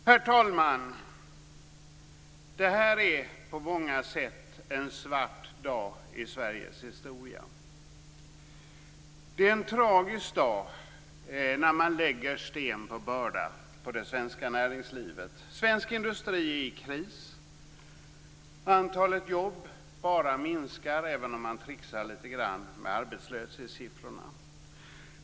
Herr talman! Detta är på många sätt en svart dag i Sveriges historia. Det är en tragisk dag när man lägger sten på börda på det svenska näringslivet. Svensk industri är i kris. Antalet jobb bara minskar, även om man tricksar litet med arbetslöshetssiffrorna.